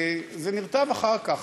זה נרטב אחר כך,